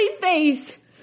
face